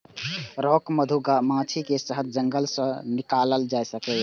rock मधुमाछी के शहद जंगल सं निकालल जाइ छै